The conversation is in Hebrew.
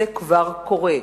זה כבר קורה.